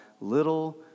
little